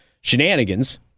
shenanigans